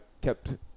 kept